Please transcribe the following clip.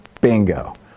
Bingo